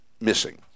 missing